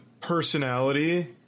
Personality